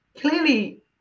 Clearly